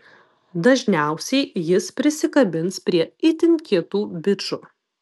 dažniausiai jis prisikabins prie itin kietų bičų